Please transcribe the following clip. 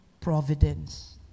providence